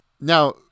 Now